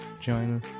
China